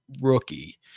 rookie